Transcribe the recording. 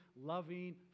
loving